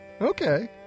okay